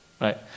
Right